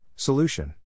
Solution